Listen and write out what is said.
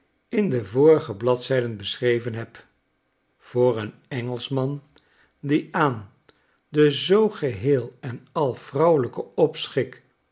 welkeikin de vorige bladzijden beschreven heb voor een engelschman die aan den zoo geheel en al vrouwelijken